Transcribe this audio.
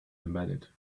embedded